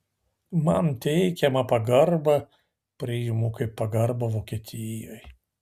man teikiamą pagarbą priimu kaip pagarbą vokietijai